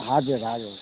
हजुर हजुर